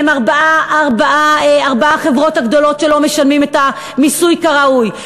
הם ארבע החברות הגדולות שלא משלמות את המס כראוי,